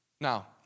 Now